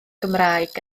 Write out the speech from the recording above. gymraeg